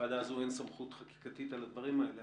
לוועדה הזאת אין סמכות חקיקתית על הדברים האלה,